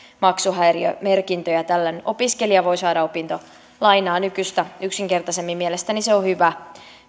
maksuhäiriömerkintöjä tällöin opiskelija voi saada opintolainaa nykyistä yksinkertaisemmin ja mielestäni se on hyvä